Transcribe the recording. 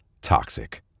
toxic